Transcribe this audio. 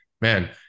man